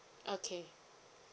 okay